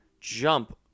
jump